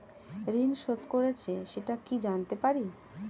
ঋণ শোধ করেছে সেটা কি জানতে পারি?